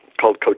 called